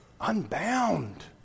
Unbound